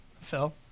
Phil